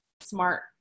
smart